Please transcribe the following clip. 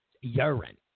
urine